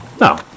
No